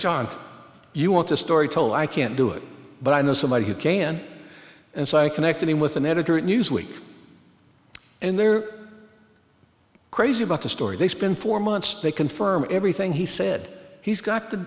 john you want a story told i can't do it but i know somebody who came in and so i connected him with an editor at newsweek and they're crazy about the story they spin for months they confirm everything he said he's got the